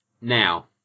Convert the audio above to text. now